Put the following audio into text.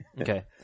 Okay